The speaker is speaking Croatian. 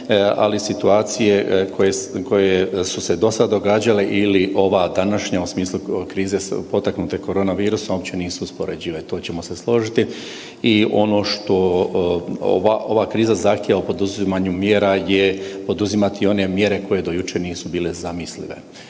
ali situacije koje su se dosada događale ili ova današnja u smislu krize potaknute korona virusom uopće nisu uspoređive to ćemo se složiti i ono što ova kriza zahtjeva o poduzimanju mjera je poduzimati one mjere koje do jučer nisu bile zamislive.